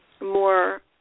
more